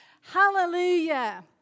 Hallelujah